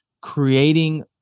creating